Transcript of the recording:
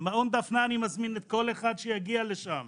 אני מזמין את כל אחד שיגיע למעון דפנה.